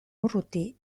urruti